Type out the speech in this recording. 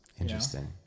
Interesting